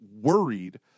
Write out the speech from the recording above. worried